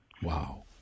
Wow